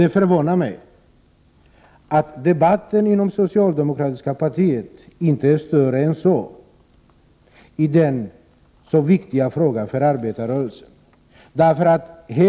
Det förvånar mig att debatten inom det socialdemokratiska partiet inte är mer omfattande rörande denna för arbetarrörelsen så viktiga fråga.